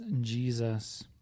Jesus